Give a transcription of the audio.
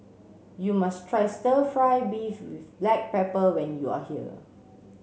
you must try stir fry beef with black pepper when you are here